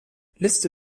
liste